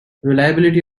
reliability